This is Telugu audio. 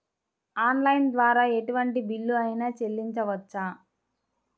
ఆన్లైన్ ద్వారా ఎటువంటి బిల్లు అయినా చెల్లించవచ్చా?